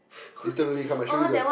literally come I show you the